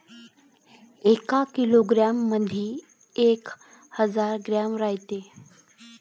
एका किलोग्रॅम मंधी एक हजार ग्रॅम रायते